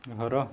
ଘର